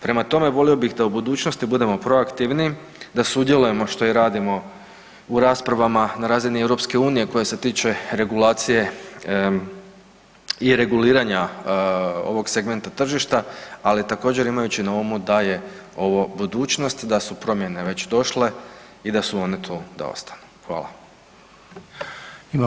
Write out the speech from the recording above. Prema tome, volio bih da u budućnosti budemo proaktivniji, da sudjelujemo što i radimo u raspravama na razini EU koje se tiče regulacije i reguliranja ovog segmenta tržišta, ali također imajući na umu da je ovo budućnost, da su promjene već došle i da su one tu da ostanu.